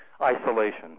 isolation